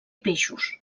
peixos